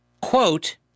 quote